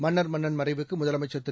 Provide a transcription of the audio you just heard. மன்னர்மன்னன் மறைவுக்கு முதலமைச்சர் திரு